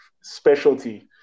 specialty